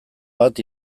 bat